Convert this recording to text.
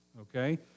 okay